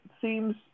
seems –